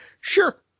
sure